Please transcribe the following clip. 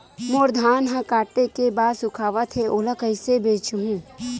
मोर धान ह काटे के बाद सुखावत हे ओला कइसे बेचहु?